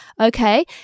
Okay